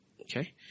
Okay